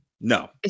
No